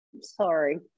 Sorry